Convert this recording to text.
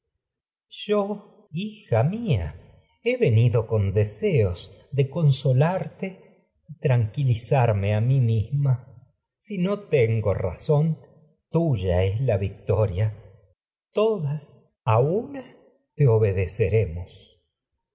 yo hija mía he venido a con deseos de no conso y tranquilizarme mí a misma si una tengo razón tuya es la viptoria todas electra yo me te